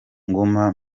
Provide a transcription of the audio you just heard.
ngoma